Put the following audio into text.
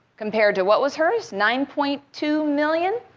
compared to what was hers, nine point two million?